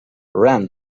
ran